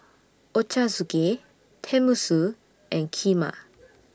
Ochazuke Tenmusu and Kheema